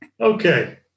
Okay